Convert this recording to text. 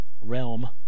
realm